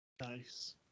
Nice